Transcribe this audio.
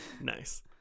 nice